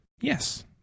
Yes